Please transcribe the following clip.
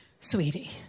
sweetie